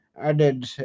added